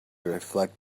reflect